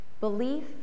Belief